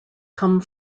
come